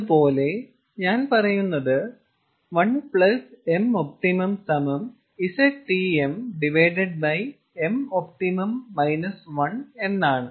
അതുപോലെ ഞാൻ പറയുന്നത് 1 mopt ZTm mopt 1 എന്നാണ്